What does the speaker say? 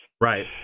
Right